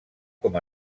com